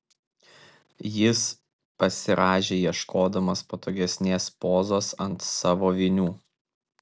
jis pasirąžė ieškodamas patogesnės pozos ant savo vinių